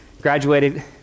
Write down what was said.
graduated